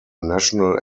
national